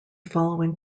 following